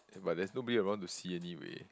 but there's nobody around to see anyway